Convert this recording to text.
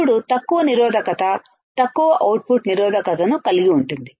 అప్పుడు తక్కువ నిరోధకత తక్కువ అవుట్పుట్ నిరోధకతను కలిగి ఉంటుంది